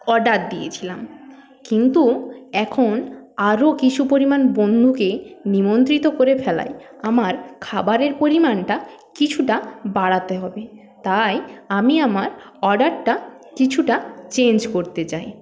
order দিয়েছিলাম কিন্তু এখন আরো কিছু পরিমাণ বন্ধুকে নিমন্ত্রিত করে ফেলায় আমার খাবারের পরিমাণটা কিছুটা বাড়াতে হবে তাই আমি আমার অর্ডারটা কিছুটা চেঞ্জ করতে চাই